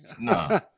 no